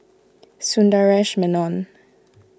Sundaresh Menon